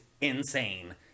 insane